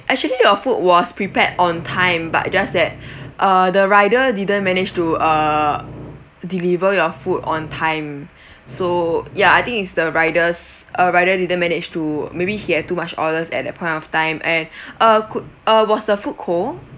actually your food was prepared on time but just that uh the rider didn't manage to uh deliver your food on time so ya I think it's the riders uh rider didn't manage to maybe he had too much orders at that point of time and uh could uh was the food cold